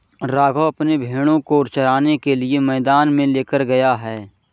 राघव अपने भेड़ों को चराने के लिए मैदान में लेकर गया है